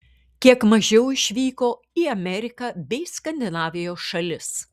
kiek mažiau išvyko į ameriką bei skandinavijos šalis